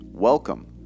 Welcome